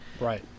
Right